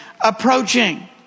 approaching